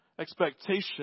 expectation